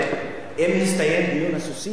אם הסתיים דיון הסוסים, אז להתחיל?